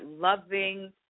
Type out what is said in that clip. loving